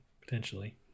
potentially